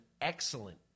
excellent